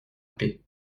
paix